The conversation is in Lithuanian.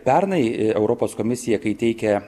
pernai europos komisija kai teikė